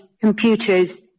computers